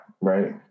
right